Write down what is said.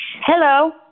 Hello